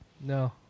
No